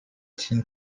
tin